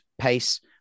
pace